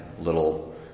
little